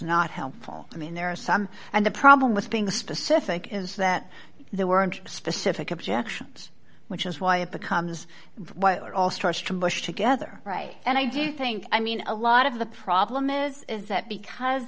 not helpful i mean there are some and the problem with being specific is that there weren't specific objections which is why it becomes why are all stretched from bush together right and i do think i mean a lot of the problem is is that because